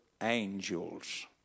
Angels